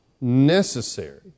necessary